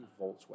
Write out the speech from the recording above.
Volkswagen